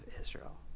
Israel